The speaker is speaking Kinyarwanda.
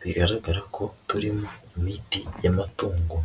bigaragara ko turimo imiti y'amatungo.